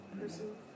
person